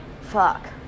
Fuck